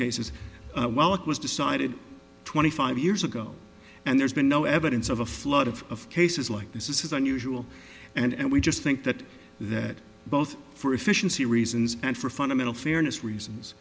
cases well it was decided twenty five years ago and there's been no evidence of a flood of cases like this is unusual and we just think that that both for efficiency reasons and for fundamental fairness reasons